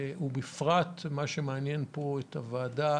ובפרט מה שמעניין את הוועדה,